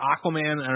Aquaman